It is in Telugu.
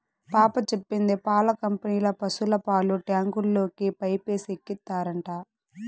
పాప చెప్పింది పాల కంపెనీల పశుల పాలు ట్యాంకుల్లోకి పైపేసి ఎక్కిత్తారట